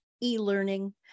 e-learning